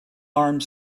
armed